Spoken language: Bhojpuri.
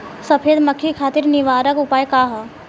सफेद मक्खी खातिर निवारक उपाय का ह?